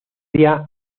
día